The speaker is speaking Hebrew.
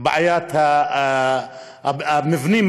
בעיית המבנים,